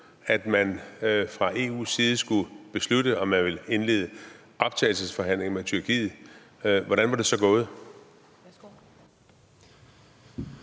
at man fra EU's side skulle beslutte, om man ville indlede optagelsesforhandlinger med Tyrkiet, hvordan var det så gået?